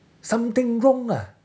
something wrong lah